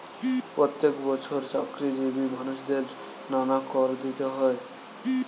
প্রত্যেক বছর চাকরিজীবী মানুষদের নানা কর দিতে হয়